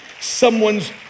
Someone's